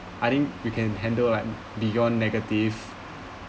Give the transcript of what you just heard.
I think you can handle like beyond negative